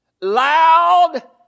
loud